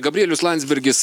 gabrielius landsbergis